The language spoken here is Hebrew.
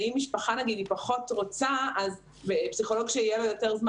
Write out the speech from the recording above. ואם משפחה פחות רוצה אז פסיכולוג שיהיה לו יותר זמן